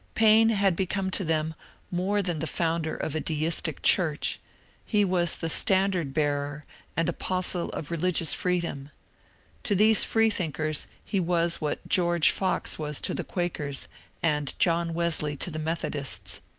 paine had become to them more than the founder of a deistic church he was the standard-bearer and apostle of religious freedom to these freethinkers he was what george fox was to the quakers and john wesley to the methodists.